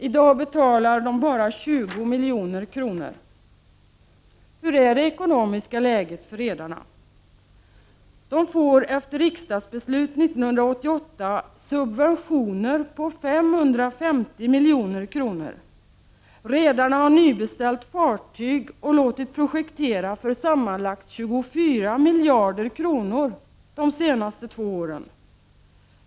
I dag betalar de bara 20 milj.kr. Hur är det ekonomiska läget för redarna? De får efter ett riksdagsbeslut 1988 subventioner på 550 milj.kr. Redarna har nybeställt fartyg och låtit projektera för sammanlagt 24 miljarder kronor de senaste två åren.